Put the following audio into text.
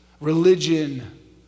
religion